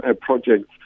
projects